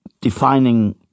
defining